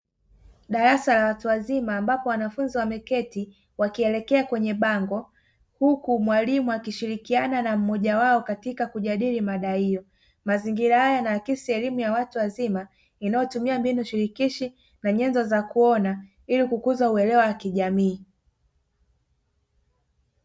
Darasa la watu wazima ambapo wanafunzi wameketi wakielekea kwenye bango, huku mwalimu akishirikiana na mmoja wao katika kujadili mada hiyo. Mazingira haya yanaakisi elimu ya watu wazima; inayotumia mbinu shirikishi na nyenzo za kuona ili kukuza uelewa wa kijamii.